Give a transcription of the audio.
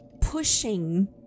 pushing